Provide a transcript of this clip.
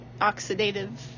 oxidative